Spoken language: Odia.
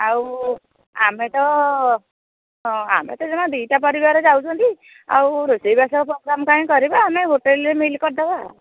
ଆଉ ଆମେ ତ ହଁ ଆମେ ତ ଜମା ଦୁଇଟା ପରିବାର ଯାଉଛନ୍ତି ଆଉ ରୋଷେଇବାସ କ'ଣ ଆମ ପାଇଁ କରିବା ଆମେ ହୋଟେଲରେ ମିଲ୍ କରି ଦେବା